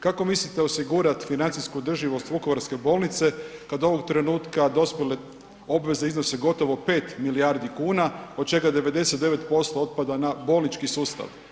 Kako mislite osigurati financijsku održivost Vukovarske bolnice kad ovog trenutka dospjele obveze iznose gotovo 5 milijardi kuna od čega 99% otpada na bolnički sustav?